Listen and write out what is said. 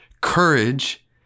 Courage